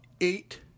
eight